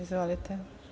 Izvolite.